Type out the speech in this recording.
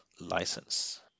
license